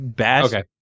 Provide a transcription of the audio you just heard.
Okay